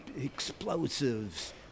explosives